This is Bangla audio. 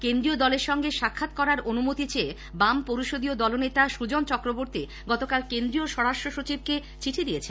কেন্দ্রীয় দলের সঙ্গে সাক্ষাৎ করার অনুমতি চেয়ে বাম পরিষদীয় দলনেতা সুজন চক্রবর্তী গতকাল কেন্দ্রীয় স্বরাষ্ট্র সচিবকে চিঠি দিয়েছেন